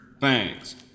Thanks